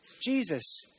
Jesus